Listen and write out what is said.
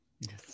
Yes